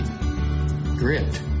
grit